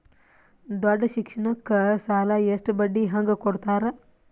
ದೊಡ್ಡ ಶಿಕ್ಷಣಕ್ಕ ಸಾಲ ಎಷ್ಟ ಬಡ್ಡಿ ಹಂಗ ಕೊಡ್ತಾರ?